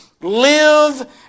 live